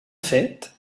fet